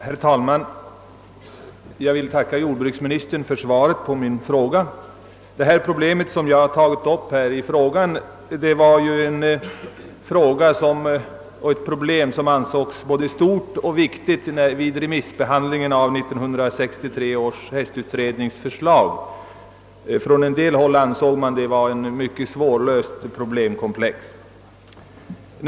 Herr talman! Jag tackar jordbruksministern för svaret på min fråga. Det problem jag tagit upp i frågan ansågs av en del remissinstanser vid remissbehandlingen av 1963 års hästutrednings förslag vara mycket svårlöst.